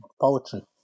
poetry